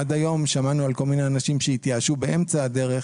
עד היום שמענו על כל מיני אנשים שהתייאשו באמצע הדרך,